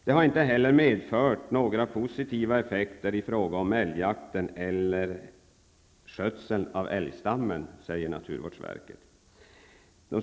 Det har inte heller medfört några positiva effekter i fråga om älgjakten eller skötseln av älgstammen, säger naturvårdsverket.